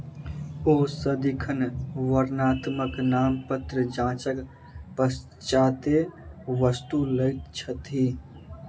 ओ सदिखन वर्णात्मक नामपत्र जांचक पश्चातै वस्तु लैत छथि